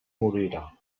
morirà